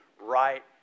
right